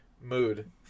mood